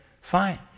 Fine